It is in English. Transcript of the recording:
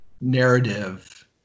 narrative